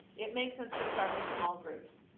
it makes sense to start with small groups,